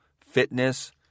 fitness